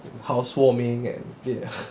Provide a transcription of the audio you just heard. housewarming and ya